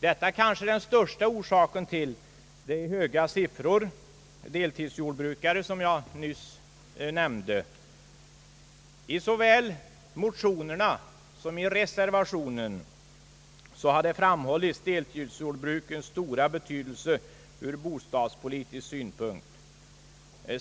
Detta kanske är den största orsaken till det stora antalet deltidsjordbrukare, som jag nyss nämnde. I såväl motionerna som i reservationen har framhållits deltidsjordbrukens stora betydelse ur bostadspolitisk synpunkt.